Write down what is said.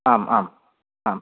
आम् आम् आम्